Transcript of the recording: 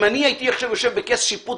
אם אני הייתי עכשיו יושב בכס שיפוט,